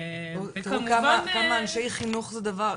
תראו כמה אנשי חינוך זה דבר,